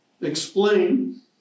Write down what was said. explain